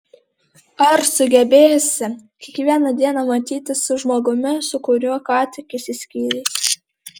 ar sugebėsi kiekvieną dieną matytis su žmogumi su kuriuo ką tik išsiskyrei